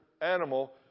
animal